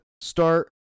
start